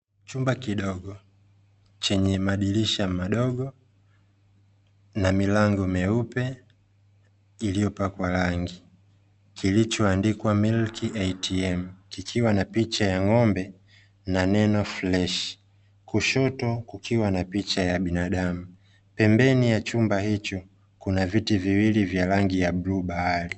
Chumba kidogo chenye madirisha madogo na milango meupe iliyopakwa rangi kilichoandikwa "MILK ATM" kikiwa na picha ya ng'ombe na neno "FRESH" kushoto kukiwa na picha ya binaadamu pembeni ya chumba hicho kuna viti viwili vya rangi ya bluu bahari